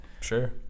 sure